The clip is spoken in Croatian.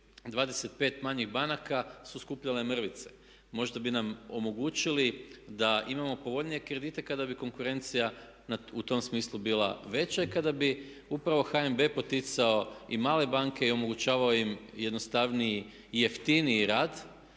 25 manjih banaka su skupljale mrvice. Možda bi nam omogućili da imamo povoljnije kredite kada bi konkurencija u tom smislu bila veća i kada bi upravo HNB poticao i male banke i omogućavao im jednostavniji i jeftiniji rad.